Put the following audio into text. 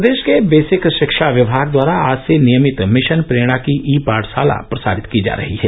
प्रदेश के बेसिक शिक्षा विभाग द्वारा आज से नियमित मिशन प्रेरणा की ई पाठशाला प्रसारित की जा रही है